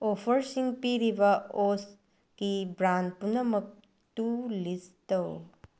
ꯑꯣꯐꯔꯁꯤꯡ ꯄꯤꯔꯤꯕ ꯑꯣꯠꯁꯀꯤ ꯕ꯭ꯔꯥꯟ ꯄꯨꯝꯅꯃꯛꯇꯨ ꯂꯤꯁ ꯇꯧ